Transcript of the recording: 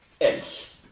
else